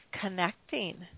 connecting